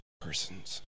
person's